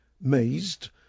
mazed